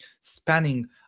spanning